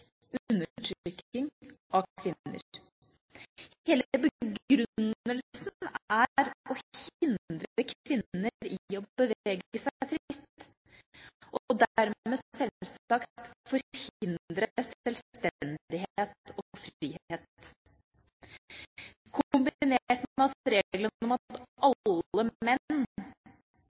undertrykking av kvinner. Hele begrunnelsen er å hindre kvinner i å bevege seg fritt, og dermed selvsagt å forhindre selvstendighet og frihet. Kombinert med reglene om at